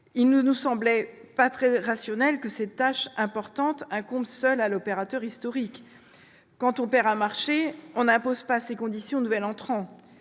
il ne nous paraissait pas très rationnel que cette tâche importante incombe au seul opérateur historique. Quand on perd un marché, on n'impose pas ses conditions au nouvel entrant